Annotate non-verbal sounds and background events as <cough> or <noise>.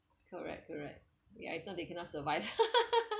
correct correct is either they cannot survive <laughs>